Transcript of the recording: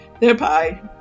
thereby